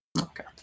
okay